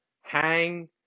hang